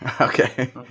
Okay